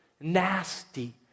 nasty